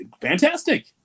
Fantastic